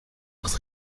acht